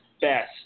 best